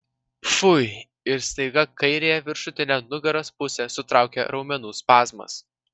pfui ir staiga kairiąją viršutinę nugaros pusę sutraukė raumenų spazmas